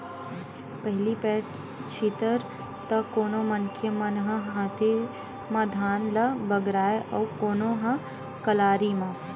पहिली पैर छितय त कोनो मनखे मन ह हाते म धान ल बगराय अउ कोनो ह कलारी म